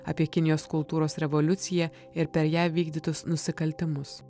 apie kinijos kultūros revoliuciją ir per ją vykdytus nusikaltimus